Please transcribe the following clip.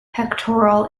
pectoral